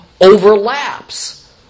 overlaps